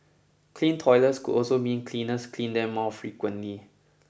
clean toilets could also mean cleaners clean them more frequently